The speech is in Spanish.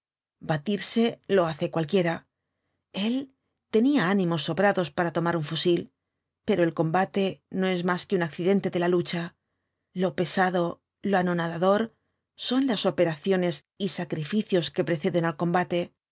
batirse lo hace cualquiera el tenía ánimos sobrados para tomar un fusil pero el combate no es más que un accidente de la lucha lo pesado lo anonadador son las operaciones y sacrificios que preceden al combate